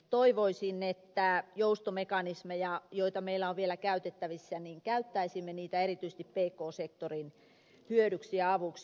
toivoisin että käyttäisimme niitä joustomekanismeja joita meillä on vielä käytettävissä erityisesti pk sektorin hyödyksi ja avuksi